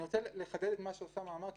אני רוצה לחדד את מה שאוסאמה אמר,